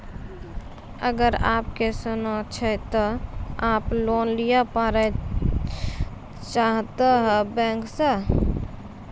अगर आप के सोना छै ते आप लोन लिए पारे चाहते हैं बैंक से?